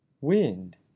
Wind